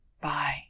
Bye